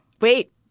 Wait